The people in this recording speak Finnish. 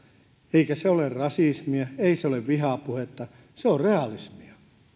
eikä se ole rasismia ei se ole vihapuhetta se on realismia